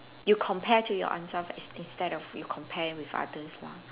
you compare to your answer first instead of you compare with others lah